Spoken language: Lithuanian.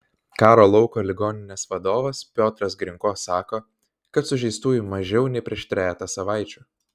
karo lauko ligoninės vadovas piotras grinko sako kad sužeistųjų mažiau nei prieš trejetą savaičių